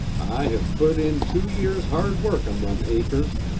i hev put in two years' hard work on them acres,